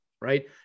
right